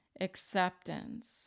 acceptance